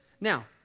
Now